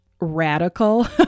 radical